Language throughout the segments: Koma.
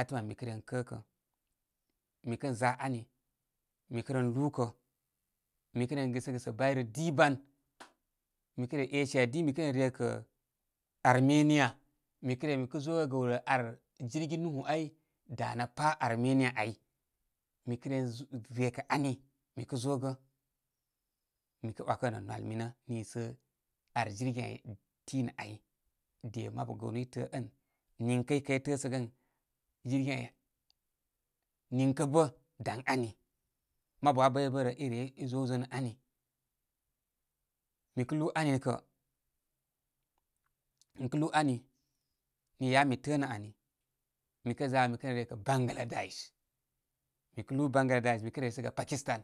Afəəm ami mi kən ren kəkə. Mi kə za ani mi kən lúú kə mi kən ren gɨ səgə sə bayrə di ban. Mi kə re asia di mi kə rere kə armenia mi kə ré mi kə zógə gəwlə ar jirgi nuhu ay danə pa amenia ai. Mikən ren rekə ani mi kə zogə nə nwal minə nisə ar girgin ai tinə ai. De mabu gəənú i təə ən niŋkə ikə ye təəsəgə ən jirgin ai niŋkə bə dá ən ani. Mabu aa bəybəbərə ire i zowzon ən ani. Mikə lúúani. Kə mikə lúú ani, ni yabə mi təə nə ani, mikə za mi kə re rekə bangladash. Mi kə lúú bangladash, mikəre resəgə pakistan.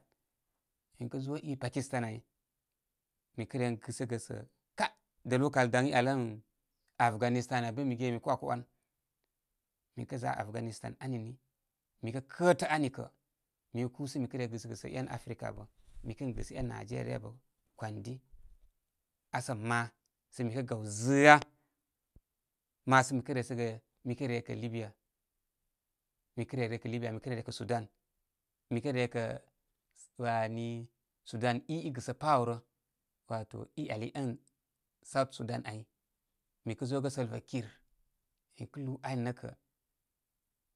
Mikə zo i pakistan ai. Mi kən ren gɨsəgə sə ká dəl wow kal daŋ iyal ən afganistan al bə mi ge min mi kə wakə wan. Mikə za afganistan ani ni mi kə kətə anikə mi kə kúsə mi kə gɨsə sə én africa abə. Mi kən gɨsə én africa abə, mikən gɨsə en nigeria ryə aba kwandi, asəma. Sə mikə gaw zəə á, ma sə mire resəgə mi kə re rekə libya mikə re rekə libya, mikə re rekə súdan mikə re rekə wani sudan i, i gɨsə pá áwrə, wato i yali ən south sudan ai. Mɨ kə zógə solva kir. Mi kə lúú ani nə kə.